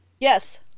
Yes